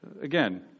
again